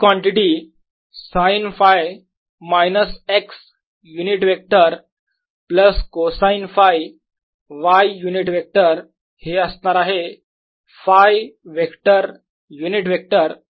ही quantity sine Φ minus x unit vector plus cosine Φ y unit vector हे असणार आहे Φ vector unit vector